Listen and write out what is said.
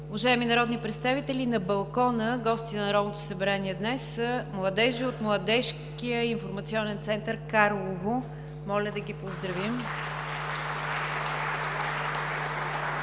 Уважаеми народни представители, на балкона гости на Народното събрание днес са младежи от Младежкия информационен център – Карлово. Моля да ги поздравим.